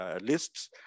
lists